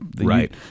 Right